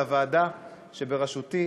על הוועדה שבראשותי,